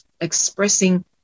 expressing